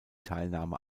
teilnahme